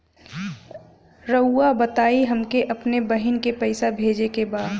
राउर बताई हमके अपने बहिन के पैसा भेजे के बा?